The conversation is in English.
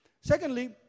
Secondly